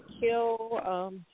kill